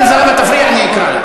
תקרא אותה פעם אחת כבר.